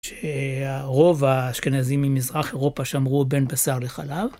שהרוב האשכנזים ממזרח אירופה שמרו בן בשר לחלב.